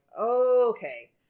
okay